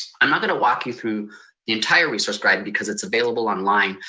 i'm not going to walk you through the entire resource guide because it's available online,